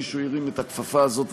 מישהו הרים את הכפפה הזאת,